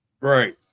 Right